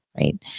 right